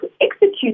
execute